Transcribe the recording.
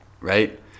right